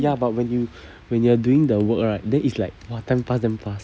ya but when you when you are doing the work right then it's like !wah! time past damn fast